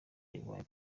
ribaye